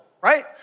right